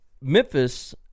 Memphis